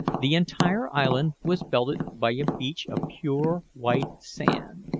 the entire island was belted by a beach of pure white sand,